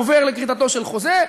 עובר לכריתתו של חוזה,